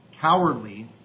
cowardly